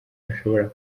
ashobora